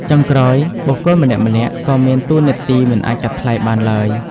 ចុងក្រោយ បុគ្គលម្នាក់ៗក៏មានតួនាទីមិនអាចកាត់ថ្លៃបានឡើយ។